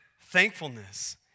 Thankfulness